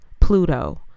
Pluto